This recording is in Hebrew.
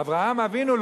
אברהם אבינו,